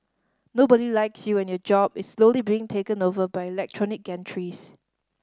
nobody likes you and your job is slowly being taken over by electronic gantries